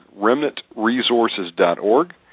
remnantresources.org